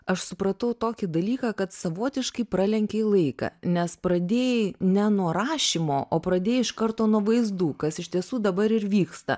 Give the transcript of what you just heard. aš supratau tokį dalyką kad savotiškai pralenkei laiką nes pradėjai ne nuo rašymo o pradėjai iš karto nuo vaizdų kas iš tiesų dabar ir vyksta